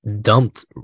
dumped